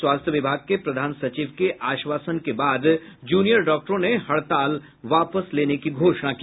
स्वास्थ्य विभाग के प्रधान सचिव के आश्वासन के बाद जूनियर डॉक्टरों ने हड़ताल वापस लेने की घोषणा की